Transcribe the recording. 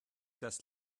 das